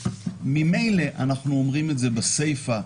וממילא אנחנו אומרים את זה בסיפה,